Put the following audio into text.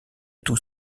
tous